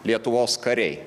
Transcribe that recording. lietuvos kariai